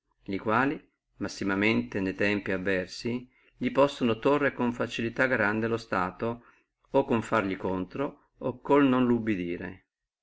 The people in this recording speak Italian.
li quali massime ne tempi avversi li possono tòrre con facilità grande lo stato o con farli contro o con non lo obedire